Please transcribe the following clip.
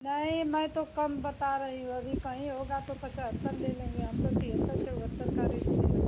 नहीं मैं तो कम बता रही हूँ अभी कहीं होगा तो पचहत्तर ले लेंगे हम तो तेहत्तर चौहत्तर का रेट दे रहे हैं